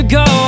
go